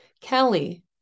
Kelly